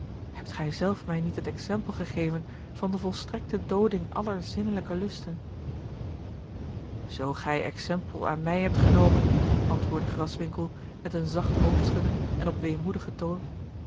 hebt gij zelf mij niet het exempel gegeven van de volstrekte dooding aller zinnelijke lusten zoo gij exempel aan mij hebt genomen antwoordde graswinckel met een zacht hoofdschudden en op weemoedigen toon